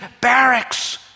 barracks